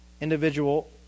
individual